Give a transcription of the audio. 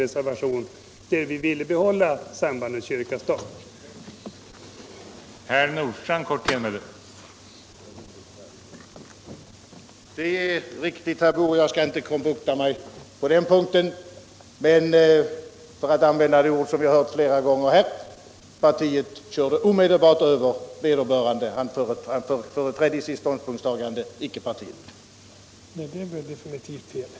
Men -— för att använda det uttryck som vi har — Förhållandet hört flera gånger här — partiet körde omedelbart över vederbörande. Han = mellan stat och företrädde i sitt ståndpunktstagande icke partiets. kyrka m.m.